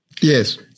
Yes